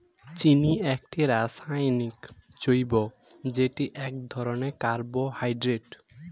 চিনি একটি রাসায়নিক যৌগ যেটি এক ধরনের কার্বোহাইড্রেট